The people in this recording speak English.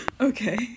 Okay